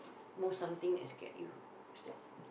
most something that scared you what is that